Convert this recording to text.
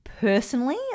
Personally